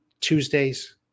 Tuesdays